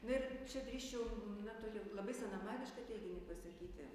na ir čia drįsčiau na tokį labai senamadišką teiginį pasakyti